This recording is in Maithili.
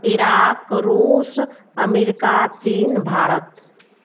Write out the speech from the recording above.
ईराक रूस अमेरिका चीन भारत